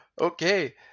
Okay